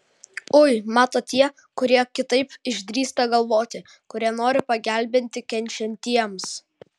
ui mato tie kurie kitaip išdrįsta galvoti kurie nori pagelbėti kenčiantiems